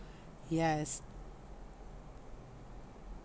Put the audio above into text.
yes